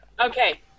Okay